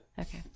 Okay